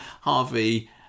harvey